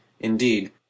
Indeed